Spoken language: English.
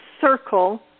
circle